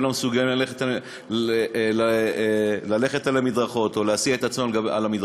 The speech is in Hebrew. הם לא מסוגלים ללכת על המדרכות או להסיע את עצמם על המדרכות.